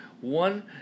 one